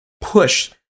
push